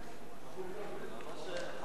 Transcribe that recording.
חזרנו לתקופת הנבואה.